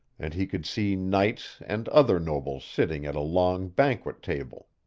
and he could see knights and other nobles sitting at a long banquet table.